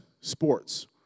sports